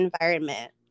environment